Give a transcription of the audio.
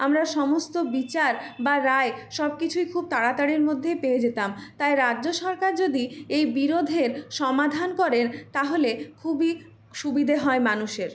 আমরা সমস্ত বিচার বা রায় সব কিছুই খুব তাড়াতাড়ির মধ্যেই পেয়ে যেতাম তাই রাজ্য সরকার যদি এই বিরোধের সমাধান করেন তাহলে খুবই সুবিধে হয় মানুষের